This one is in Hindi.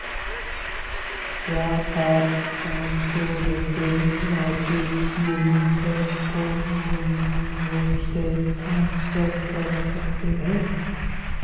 क्या आप पाँच सौ रुपये राशि यूनिसेफ को गुमनाम रूप से ट्रांसफ़र कर सकते हैं